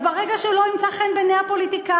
ברגע שהוא לא ימצא חן בעיני הפוליטיקאים